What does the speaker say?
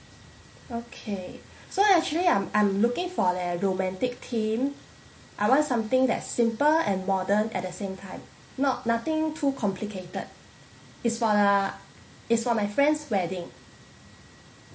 okay so actually I'm I'm looking for a romantic theme I want something that's simple and modern at the same time not nothing too complicated it's for the it's for my friend's wedding